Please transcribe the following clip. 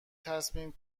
تصمیم